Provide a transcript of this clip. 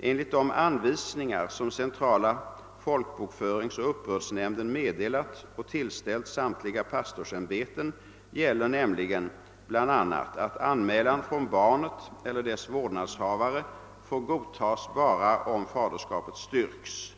Enligt de anvisningar som centrala folkbokföringsoch uppbördsnämnden meddelat och tillställt samtliga pastorsämbeten gäller nämligen bl.a. att anmälan från barnet eller dess vårdnadshavare får godtas bara om faderskapet styrks.